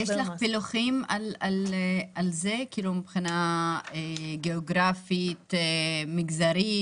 יש לך פילוחים על כך מבחינה גיאוגרפית, מגזרית.